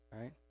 Right